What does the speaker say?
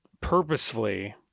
purposefully